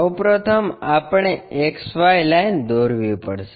સૌ પ્રથમ આપણે XY લાઇન દોરવી પડશે